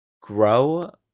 grow